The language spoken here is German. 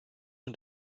und